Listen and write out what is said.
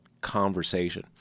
conversation